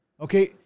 Okay